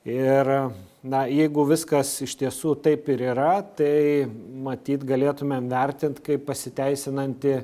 ir na jeigu viskas iš tiesų taip ir yra tai matyt galėtumėm vertint kaip pasiteisinantį